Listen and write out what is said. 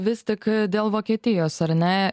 vis tik dėl vokietijos ar ne